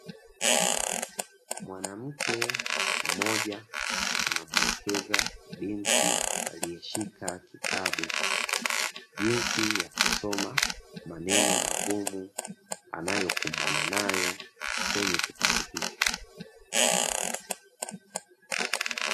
Mwanamke mmoja anamwelekeza binti aliyeshika kitabu jinsi ya kusoma maneno magumu anayokumbana nayo kwenye kitabu hiki.